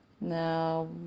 now